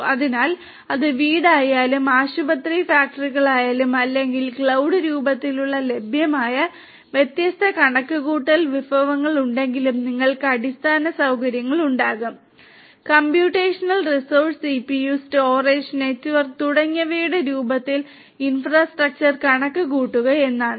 അതിനാൽ അത് വീടായാലും ആശുപത്രി ഫാക്ടറികളായാലും അല്ലെങ്കിൽ ക്ലൌഡ് രൂപത്തിൽ ലഭ്യമായ വ്യത്യസ്ത കണക്കുകൂട്ടൽ വിഭവങ്ങൾ ഉണ്ടെങ്കിലും നിങ്ങൾക്ക് അടിസ്ഥാന സൌകര്യങ്ങൾ ഉണ്ടാകും computational resources CPU storage network തുടങ്ങിയവയുടെ രൂപത്തിൽ ഇൻഫ്രാസ്ട്രക്ചർ കണക്കുകൂട്ടുക എന്നാണ്